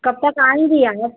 कब तक आएँगी आप